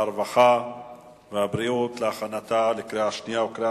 הרווחה והבריאות נתקבלה.